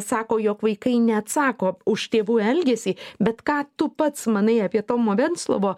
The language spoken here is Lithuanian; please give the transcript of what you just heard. sako jog vaikai neatsako už tėvų elgesį bet ką tu pats manai apie tomo venclovo